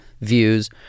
views